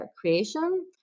creation